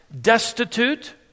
destitute